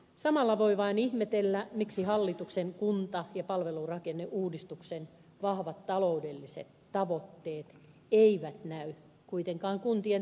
samalla voi vain ihmetellä miksi hallituksen kunta ja palvelurakenneuudistuksen vahvat taloudelliset tavoitteet eivät näy kuitenkaan kuntien taloudessa